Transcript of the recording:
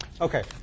Okay